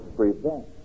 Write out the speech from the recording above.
prevent